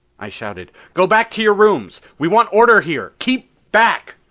i shouted, go back to your rooms! we want order here keep back!